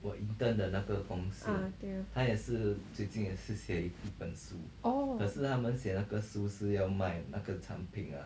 ah 对 oh